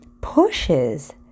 pushes